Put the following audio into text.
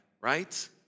Right